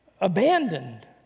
abandoned